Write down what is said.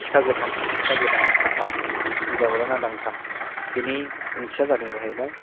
सिखा गोथां सिखा गोदाना सानथाम हिन्जाव गोदाना दानथाम बेनि ओंथिया जादों जाहैबाय